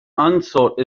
unsought